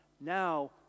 Now